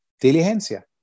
diligencia